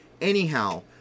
Anyhow